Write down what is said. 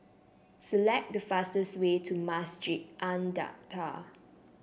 select the fastest way to Masjid An Nahdhah